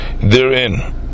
therein